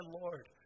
Lord